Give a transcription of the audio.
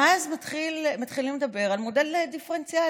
ואז מתחילים לדבר על מודל דיפרנציאלי: